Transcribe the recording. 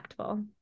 impactful